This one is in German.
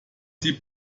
sie